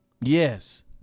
yes